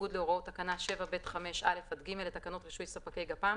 בניגוד להוראות תקנה 7(ב)(5)(א) עד (ג) לתקנות רישוי ספקי גפ"מ